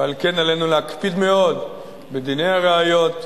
ועל כן עלינו להקפיד מאוד בדיני הראיות,